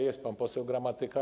Jest pan poseł Gramatyka.